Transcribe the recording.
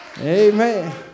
Amen